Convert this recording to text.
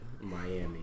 Miami